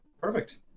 perfect